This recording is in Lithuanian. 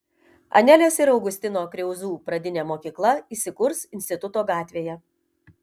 anelės ir augustino kriauzų pradinė mokykla įsikurs instituto gatvėje